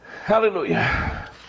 Hallelujah